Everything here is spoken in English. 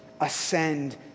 ascend